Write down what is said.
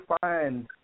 find